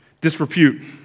disrepute